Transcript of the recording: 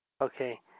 Okay